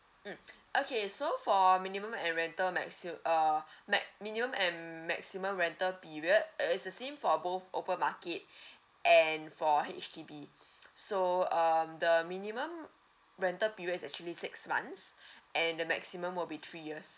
mm okay so for minimum and rental maximum uh max minimum and maximum rental period is the same for both open market and for H_D_B so um the minimum rental period is actually six months and the maximum will be three years